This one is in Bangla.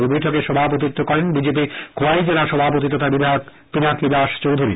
এই বৈঠকে সভাপতিত্ব করেন বিজেপি খোয়াই জেলা সভাপতি তখা বিধায়ক পিনাকী দাস চৌধুরী